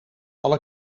alle